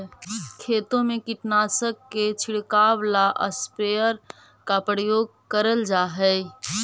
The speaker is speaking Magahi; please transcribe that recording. खेतों में कीटनाशक के छिड़काव ला स्प्रेयर का उपयोग करल जा हई